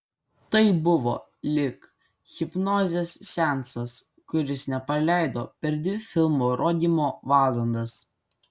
tai buvo lyg hipnozės seansas kuris nepaleido per dvi filmo rodymo valandas